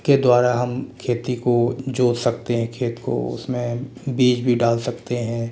के द्वारा हम खेती को जोत सकते हैं खेत को उसमें बीज भी डाल सकते हैं